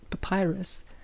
papyrus